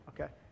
Okay